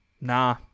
nah